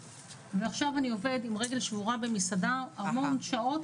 ועכשיו אני עובד עם רגל שבורה במסעדה המון שעות,